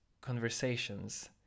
conversations